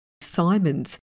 Simons